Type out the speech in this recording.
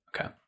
Okay